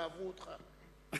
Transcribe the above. ואהבו אותך.